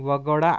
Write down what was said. वगळा